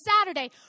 Saturday